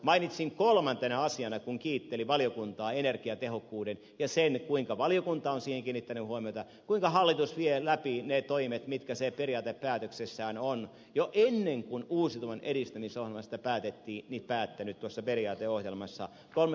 mainitsin kolmantena asiana kun kiittelin valiokuntaa energiatehokkuuden ja sen kuinka valiokunta on siihen kiinnittänyt huomiota kuinka hallitus vie läpi ne toimet mitkä se periaatepäätöksessään on jo ennen kuin uusiutuvan edistämisohjelmasta päätettiin päättänyt